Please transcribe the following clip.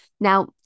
Now